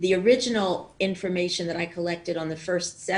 המידע המקורי שאספתי ב-70